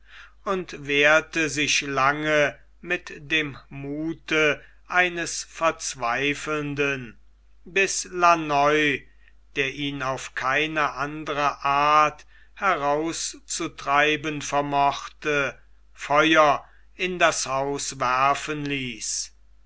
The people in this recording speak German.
und wehrte sich lange mit dem muthe eines verzweifelnden bis launoy der ihn auf keine andere art herauszutreiben vermochte feuer in das haus werfen ließ